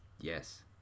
yes